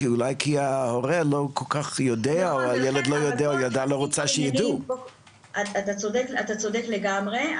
אולי כי ההורה לא כל כך יודע, אתה צודק לגמרי.